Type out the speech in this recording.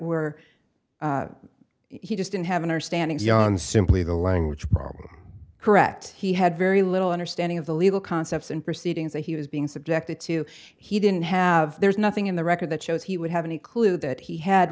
were he just didn't have an understanding john simply the language problem correct he had very little understanding of the legal concepts and proceedings that he was being subjected to he didn't have there's nothing in the record that shows he would have any clue that he had